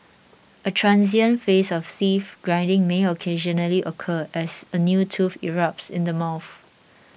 a transient phase of grinding may occasionally occur as a new tooth erupts in the mouth